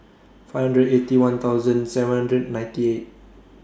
five hundred Eighty One thousand seven hundred ninety eight